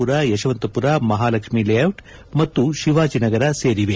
ಪುರ ಯಶವಂತಪುರ ಮಹಾಲಕ್ಷ್ಮಿಲೇಔಟ್ ಮತ್ತು ಶಿವಾಜನಗರ ಸೇರಿವೆ